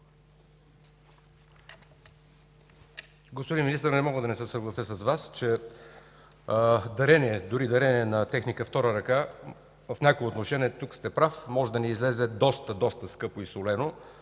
Господин Министър, не мога да не се съглася с Вас, че дори дарение на техника втора ръка, в някои отношения тук сте прав, може да ни излезе доста, доста скъпо и солено.